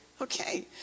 Okay